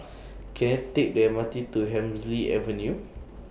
Can I Take The M R T to Hemsley Avenue